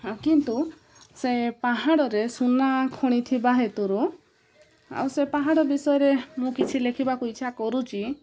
ଆ କିନ୍ତୁ ସେ ପାହାଡ଼ରେ ସୁନା ଖଣିଥିବା ହେତୁରୁ ଆଉ ସେ ପାହାଡ଼ ବିଷୟରେ ମୁଁ କିଛି ଲେଖିବାକୁ ଇଚ୍ଛା କରୁଛି